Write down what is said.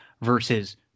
Versus